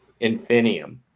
Infinium